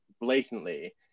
blatantly